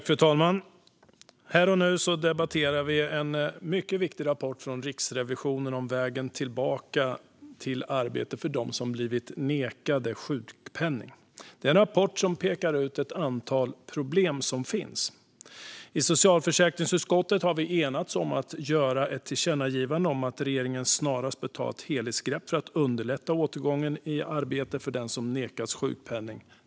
Fru talman! Här och nu debatterar vi en mycket viktig rapport från Riksrevisionen om vägen tillbaka till arbete för dem som blivit nekade sjukpenning. Det är en rapport som pekar ut ett antal problem som finns. I socialförsäkringsutskottet har vi enats om att göra ett tillkännagivande om att regeringen snarast bör ta ett helhetsgrepp för att underlätta återgång i arbete för den som nekats sjukpenning.